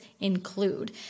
include